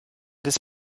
des